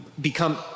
become